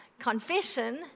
confession